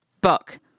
book